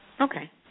okay